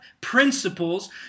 principles